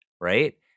Right